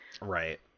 Right